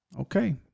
Okay